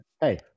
Hey